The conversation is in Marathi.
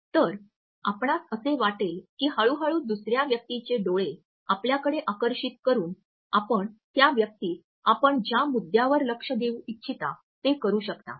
तर आपणास असे वाटेल की हळू हळू दुसर्या व्यक्तीचे डोळे आपल्याकडे आकर्षित करून आपण त्या व्यक्तीस आपण ज्या मुद्द्यावर लक्ष देऊ इच्छिता ते करू शकता